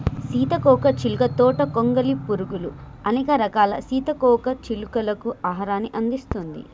సీతాకోక చిలుక తోట గొంగలి పురుగులు, అనేక రకాల సీతాకోక చిలుకలకు ఆహారాన్ని అందిస్తుంది